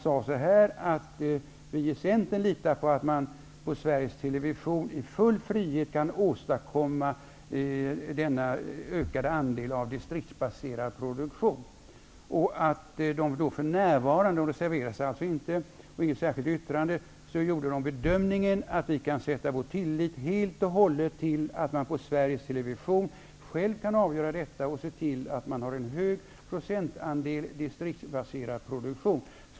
Han sade att Centern litar på att man på Sveriges Television i full frihet kan åstadkomma denna ökade andel av distriktsbaserad produktion. Men Centern reserverade sig inte och hade inte något särskilt yttrande. Men Birger Andersson sade att Centern gjorde bedömningen att man helt och hållet kan sätta sin tillit till att man på Sveriges Television själv kan avgöra detta och se till att man har en hög procentandel distriktsbaserad produktion.